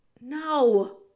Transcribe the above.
no